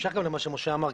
בהמשך למה שמשה אמר,